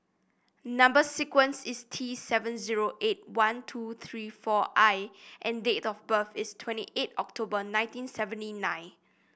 number sequence is T seven zero eight one two three four I and date of birth is twenty eight October nineteen seventy nine